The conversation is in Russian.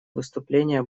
выступления